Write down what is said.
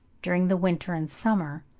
during the winter and summer,